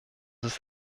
ist